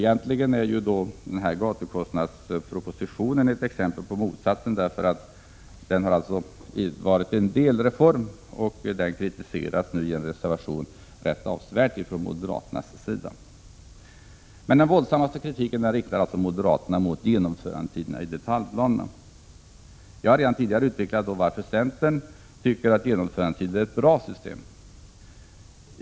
Gatubyggnadskostnadspropositionen t.ex. var en delreform, och den kritiserar moderaterna nu starkt. Den våldsammaste kritiken riktar moderaterna mot genomförandetiderna i detaljplanerna. Jag har redan tidigare utvecklat varför centern tycker att genomförandetider är ett bra system.